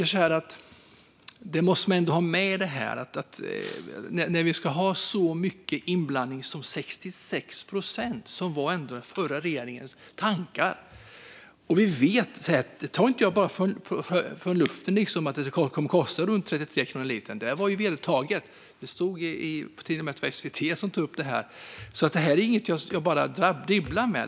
Det måste man ändå ha med i detta när vi ska ha så mycket inblandning som 66 procent, som var den förra regeringens tanke. Jag tar inte från luften att det kommer att kosta runt 33 kronor litern. Det var vedertaget. Jag tror att till och med SVT tog upp det. Det är inget jag bara dribblar med.